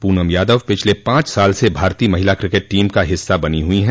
पूनम यादव पिछले पाँच साल से भारतीय महिला क्रिकेट टीम का हिस्सा बनी हुई हैं